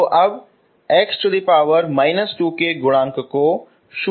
तो अब x−2 के गुणांकों को 0 बना दें